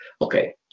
Okay